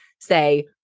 say